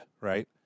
right